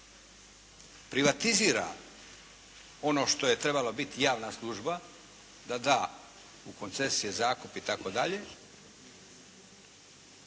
privatizira ono što je trebalo biti javna služba, da da u koncesije, zakup itd. ne